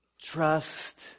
Trust